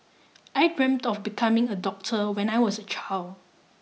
I dreamt of becoming a doctor when I was a child